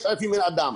5,000 בני אדם,